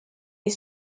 est